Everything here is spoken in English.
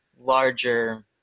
larger